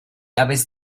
aves